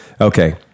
Okay